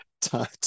Time